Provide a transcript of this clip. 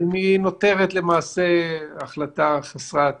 אם היא נותרת למעשה החלטה חסרת אמצעים.